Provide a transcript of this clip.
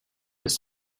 ist